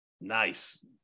Nice